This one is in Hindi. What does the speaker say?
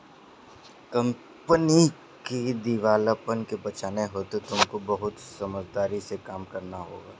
कंपनी को दिवालेपन से बचाने हेतु तुमको बहुत समझदारी से काम करना होगा